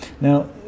Now